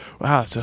wow